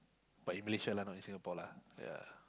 but in Malaysia lah not in Singapore lah ya